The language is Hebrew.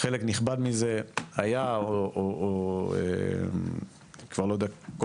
חלק נכבד מזה היה או אני כבר לא יודע כל